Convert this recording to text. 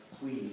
Please